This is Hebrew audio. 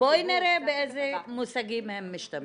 בואי נראה באיזה מושגים הם משתמשים.